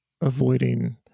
avoiding